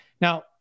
now